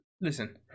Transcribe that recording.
listen